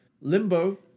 Limbo